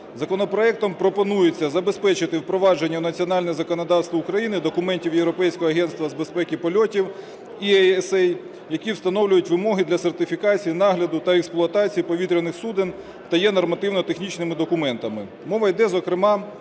Законопроектом пропонується забезпечити впровадження національного законодавства України, документів Європейського агентства з безпеки польотів EASA, які встановлюють вимоги для сертифікації, нагляду та експлуатації повітряних суден та є нормативно-технічними документами. Мова йде, зокрема,